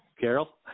Carol